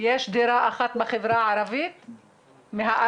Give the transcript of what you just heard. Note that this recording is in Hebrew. יש דירה אחת בחברה הערבית מהארבע?